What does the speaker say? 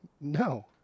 No